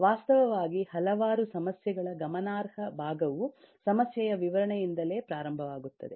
ವಾಸ್ತವವಾಗಿ ಹಲವಾರು ಸಮಸ್ಯೆಗಳ ಗಮನಾರ್ಹ ಭಾಗವು ಸಮಸ್ಯೆಯ ವಿವರಣೆಯಿಂದಲೇ ಪ್ರಾರಂಭವಾಗುತ್ತದೆ